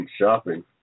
Shopping